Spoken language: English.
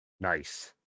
nice